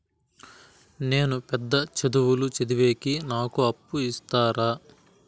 నేను పెద్ద చదువులు చదివేకి నాకు అప్పు ఇస్తారా